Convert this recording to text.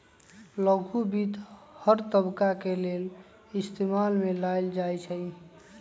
लघु वित्त हर तबका के लेल इस्तेमाल में लाएल जाई छई